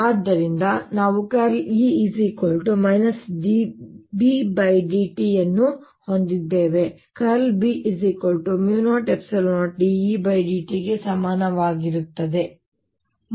ಆದ್ದರಿಂದ ನಾವು ▽× E dBdt ಅನ್ನು ಹೊಂದಿದ್ದೇವೆ ▽× B μ0 ε0 dEdt ಗೆ ಸಮಾನವಾಗಿರುತ್ತದೆ